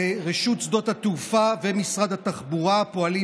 ורשות שדות התעופה ומשרד התחבורה פועלים